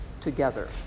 together